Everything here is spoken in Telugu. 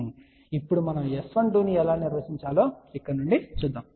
కాబట్టి ఇప్పుడు మనము S12 ను ఎలా నిర్వచించాలో ఇక్కడ నుండి చూద్దాం